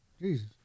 jesus